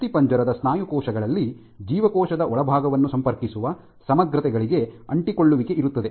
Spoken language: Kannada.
ಅಸ್ಥಿಪಂಜರದ ಸ್ನಾಯು ಕೋಶಗಳಲ್ಲಿ ಜೀವಕೋಶದ ಒಳಭಾಗವನ್ನು ಸಂಪರ್ಕಿಸುವ ಸಮಗ್ರತೆಗಳಿಗೆ ಅಂಟಿಕೊಳ್ಳುವಿಕೆ ಇರುತ್ತದೆ